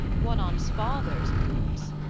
one on's father's moods.